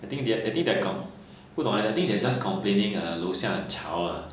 I think they're I think they're com~ 不懂 eh I think they're just comaplaining 楼下很吵 ah